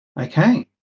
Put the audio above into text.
Okay